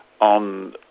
on